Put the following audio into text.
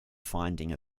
finding